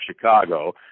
Chicago